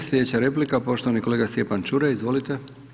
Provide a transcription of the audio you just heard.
Sljedeća replika poštovani kolega Stjepan Čuraj, izvolite.